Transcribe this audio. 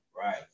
Right